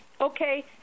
okay